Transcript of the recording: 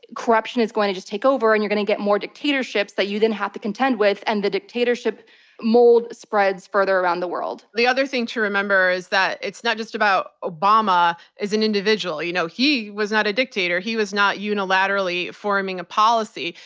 corruption is going to just take over, and you're going to get more dictatorships that you didn't have to contend with, and the dictatorship mold spreads further around the world. the other thing to remember is that it's not just about obama as an individual. you know, he was not a dictator, he was not a unilaterally forming a policy.